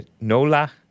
NOLA